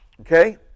okay